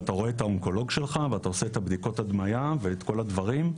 אתה פוגש את האונקולוג שלך ועושה בדיקות הדמיה ואת כל הדברים.